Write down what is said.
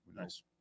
Nice